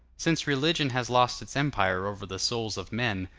since religion has lost its empire over the souls of men,